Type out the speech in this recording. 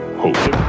hope